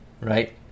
Right